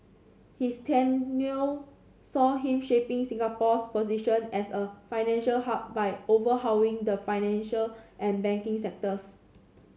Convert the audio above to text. his tenure saw him shaping Singapore's position as a financial hub by overhauling the financial and banking sectors